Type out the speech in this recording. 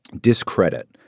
discredit